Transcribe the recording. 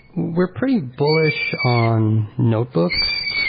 we're pretty bullish on notebooks.